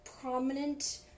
prominent